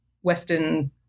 Western